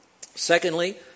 Secondly